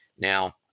Now